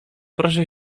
proszę